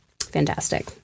Fantastic